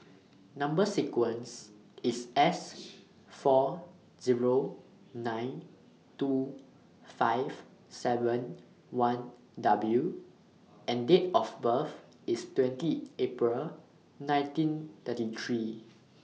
Number sequence IS S four Zero nine two five seven one W and Date of birth IS twenty April nineteen thirty three